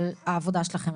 על העבודה שלכם.